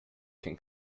can